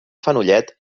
fenollet